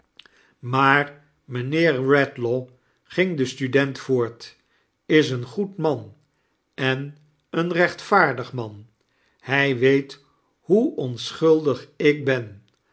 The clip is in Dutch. maar mijnheer eedlaw ging de student voort is een goed man en een rechtvaardig man hij weet hoe onschuldig ik ben